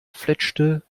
fletschte